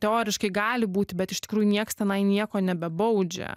teoriškai gali būti bet iš tikrųjų nieks tenai nieko nebebaudžia